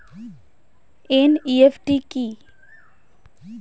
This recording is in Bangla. এন.ই.এফ.টি কি?